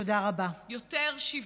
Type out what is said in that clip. יותר שוויון.